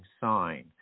sign